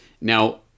Now